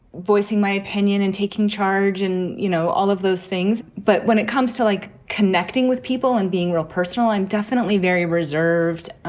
voicing my opinion and taking charge and, you know, all of those things. but when it comes to, like, connecting with people and being real personal, i'm definitely very reserved.